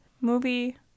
movie